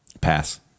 Pass